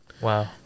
Wow